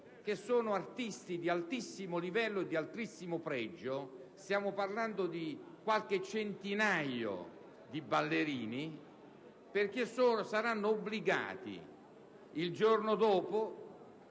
che sono artisti di altissimo livello e di altissimo pregio (stiamo parlando di qualche centinaio di ballerini), perché saranno obbligati, il giorno dopo